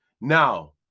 Now